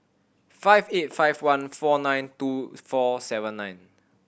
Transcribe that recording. five eight five one four nine two four seven nine